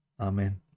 Amen